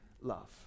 love